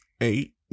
eight